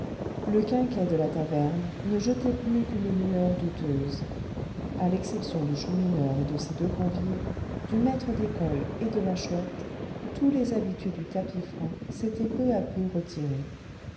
le quinquet de la taverne ne jetait plus qu'une lueur douteuse à l'exception du chourineur et de ses deux convives du maître d'école et de la chouette tous les habitués du tapis franc s'étaient peu à peu retirés